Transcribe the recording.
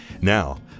Now